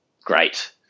great